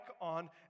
on